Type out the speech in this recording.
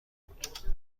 بود